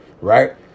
Right